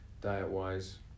diet-wise